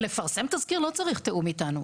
לפרסם תזכיר לא צריך תיאום איתנו,